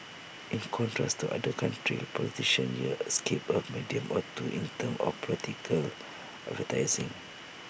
in contrast to other countries politicians here skip A medium or two in terms of political advertising